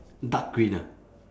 dark green ah